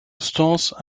stances